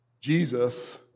Jesus